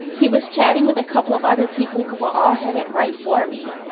he was chatting with a couple of other people who were all headed right for me.